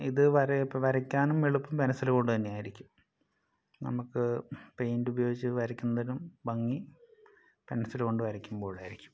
ഇത് വര ഇപ്പ വരയ്ക്കാനും എളുപ്പം പെനസില് കൊണ്ട് തന്നെ ആയിരിക്കും നമുക്ക് പെയിൻറ്റുപയോഗിച്ച് വരയ്ക്കുന്നതിനും ഭംഗി പെൻസില് കൊണ്ട് വരയ്ക്കുമ്പോഴായിരിക്കും